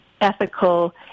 ethical